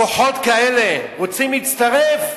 כוחות כאלה רוצים להצטרף,